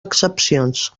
excepcions